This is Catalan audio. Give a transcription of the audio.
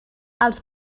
els